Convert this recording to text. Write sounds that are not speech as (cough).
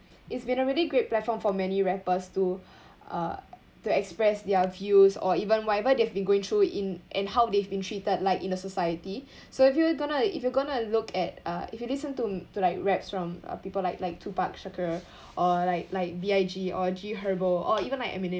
it's been a really great platform for many rappers to uh to express their views or even whatever they've been going through in and how they've been treated like in the society (breath) so if you going to if you going to look at uh if you listen to to like raps from uh people like like tupac shakur or like like B_I_G or G herbor even like eminem